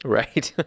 right